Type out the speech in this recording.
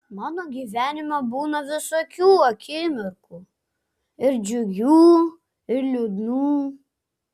mano gyvenime būna visokių akimirkų ir džiugių ir liūdnų